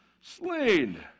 slain